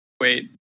wait